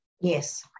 Yes